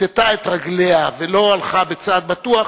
היא כיתתה את רגליה ולא הלכה בצעד בטוח